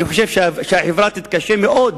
אני חושב שהחברה תתקשה מאוד